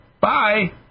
Bye